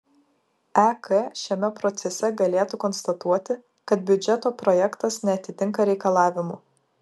ek šiame procese galėtų konstatuoti kad biudžeto projektas neatitinka reikalavimų